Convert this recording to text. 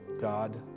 God